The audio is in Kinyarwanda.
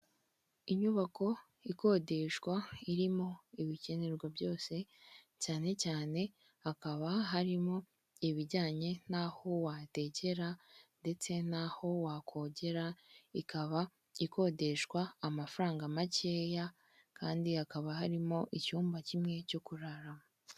Inyubako ikodeshwa irimo ibikenerwa byose cyane cyane hakaba harimo ibijyanye n'aho watekera ndetse naho wakogera, ikaba ikodeshwa amafaranga makeya kandi hakaba harimo icyumba kimwe cyo kuraramo.